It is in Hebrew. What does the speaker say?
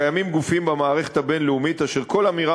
קיימים גופים במערכת הבין-לאומית אשר כל אמירה